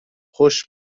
خوش